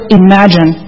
imagine